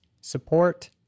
support